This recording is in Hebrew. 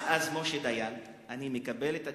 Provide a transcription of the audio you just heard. אז משה דיין, אני מקבל את התיקון.